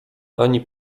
ani